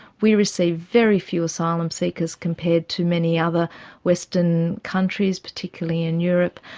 we receive very few asylum seekers compared to many other western countries, particularly in europe,